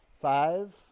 Five